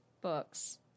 books